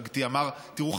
יו"ר מפלגתי אמר: תראו,